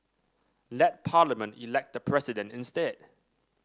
let Parliament elect the President instead